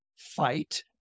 fight